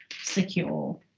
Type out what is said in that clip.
secure